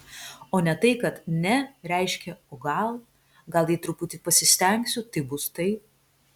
o ne tai kad ne reiškia o gal gal jei truputį pasistengsiu tai bus taip